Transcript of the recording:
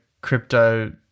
crypto